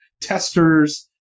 testers